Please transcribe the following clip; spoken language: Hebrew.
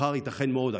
ומחר ייתכן מאוד,